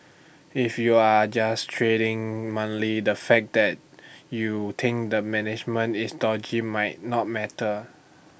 if you're just trading monthly the fact that you think the management is dodgy might not matter